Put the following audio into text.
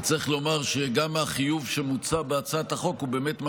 צריך לומר שגם החיוב שמוצע בהצעת החוק הוא באמת משמעותי,